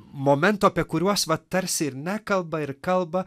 momentų apie kuriuos va tarsi ir nekalba ir kalba